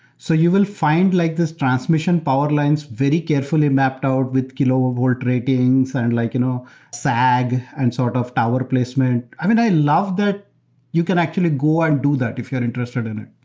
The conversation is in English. so you will find like this transmission power lines very carefully mapped out with kilovolt ratings and and like you know sag and sort of tower placement. i mean, i love that you can actually go and do that if you're interested in it.